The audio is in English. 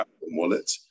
wallet